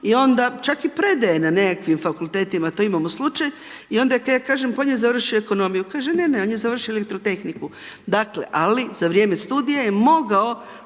i onda čak i predaje na nekakvim fakultetima, to imamo slučaj i onda ja kažem pa on je završio ekonomiju, kaže ne, ne on je završio elektrotehniku. Dakle, ali, za vrijeme studija je mogao